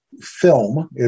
film